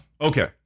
Okay